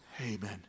Amen